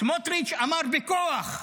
סמוטריץ' אמר: בכוח.